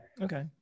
Okay